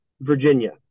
Virginia